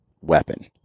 weapon